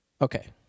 Okay